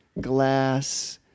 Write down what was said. glass